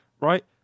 right